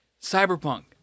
Cyberpunk